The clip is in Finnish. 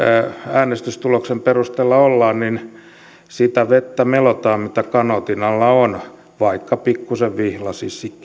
äänestystuloksen perusteella ollaan niin sitä vettä melotaan mitä kanootin alla on vaikka pikkuisen vihlaisisikin